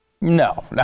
No